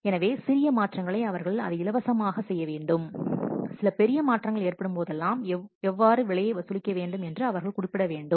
எனவே சிறிய மாற்றங்களைஅவர்கள் அதை இலவசமாக செய்ய வேண்டும் சில பெரிய மாற்றங்கள் ஏற்படும் போதெல்லாம் எவ்வாறு விலையை வசூலிக்க வேண்டும் என்று அவர்கள் குறிப்பிட வேண்டும்